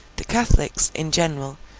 the catholics, in general,